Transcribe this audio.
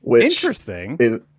Interesting